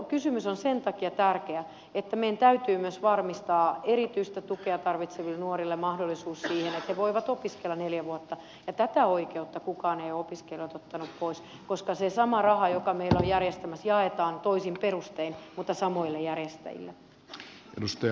mutta kysymys on sen takia tärkeä että meidän täytyy myös varmistaa erityistä tukea tarvitseville nuorille mahdollisuus siihen että he voivat opiskella neljä vuotta ja tätä oikeutta kukaan ei ole opiskelijoilta ottanut pois koska se sama raha joka meillä on järjestelmässä jaetaan toisin perustein mutta samoille järjestäjille